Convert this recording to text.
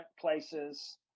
places